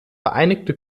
vereinigte